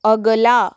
अगला